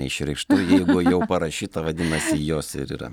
neišreikštų jeigu jau parašyta vadinasi jos ir yra